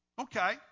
Okay